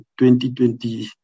2020